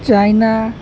China